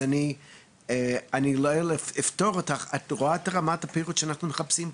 אז אני לא אפתור אותך אבל את רואה את רמת הדיוק של הדברים פה?